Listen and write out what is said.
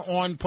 on